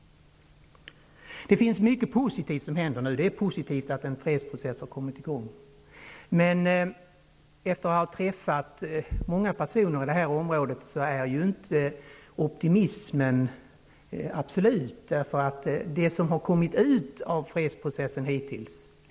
Det händer många positiva saker. Det är positivt att en fredsprocess kommit i gång, men efter att jag träffat många personer i detta område är min optimism inte absolut. Det har ju inte kommit ut särskilt mycket av fredsprocessen hittills.